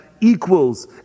equals